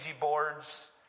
boards